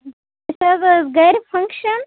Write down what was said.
أسۍ حَظ ٲس گرِ فَنکَشن